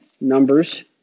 Numbers